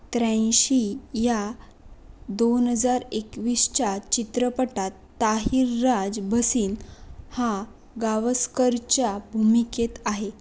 त्र्याऐंशी या दोन हजार एकवीसच्या चित्रपटात ताहिर राज भसीन हा गावस्करच्या भूमिकेत आहे